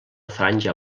franja